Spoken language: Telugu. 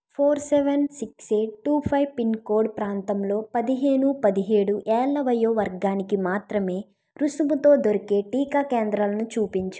four seven six eight two five pin code ప్రాంతంలో పదిహేను పదిహేడు ఏళ్ల వయో వర్గానికి మాత్రమే రుసుముతో దొరికే టీకా కేంద్రాలను చూపించు